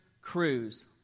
Cruz